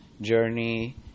journey